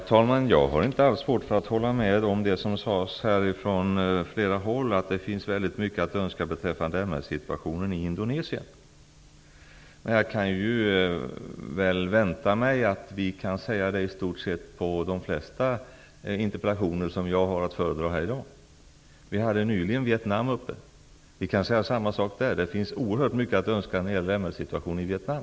Herr talman! Jag har inte svårt att hålla med om det som har sagts här från flera håll. Det finns mycket att önska beträffande MR-situationen i Indonesien. Men det kan vi säga om i stort sett de flesta av de interpellationer jag har att besvara i dag. Vi diskuterade nyligen Vietnam. Vi kan säga samma sak där. Det finns oerhört mycket att önska när det gäller MR-situationen i Vietnam.